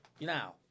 Now